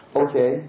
okay